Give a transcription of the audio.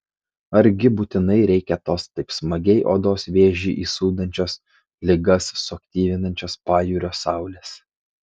argi būtinai reikia tos taip smagiai odos vėžį įsūdančios ligas suaktyvinančios pajūrio saulės